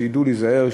כדי שידעו להיזהר,